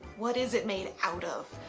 what is it made out of?